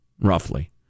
roughly